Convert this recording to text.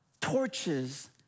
torches